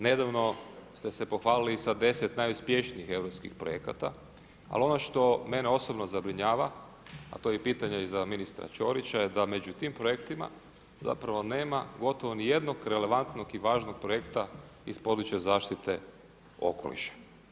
Nedavno ste se pohvali sa 10 najuspješnijih hrvatskih projekata, ali ono što mene osobno zabrinjava, a to je pitanja i za ministra Ćorića, da među tim projektima zapravo nema gotovo niti jednog relevantnog i važnog projekta iz područja zaštite okoliša.